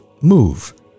move